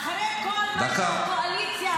אחרי כל מה שהקואליציה הזו עושה,